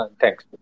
Thanks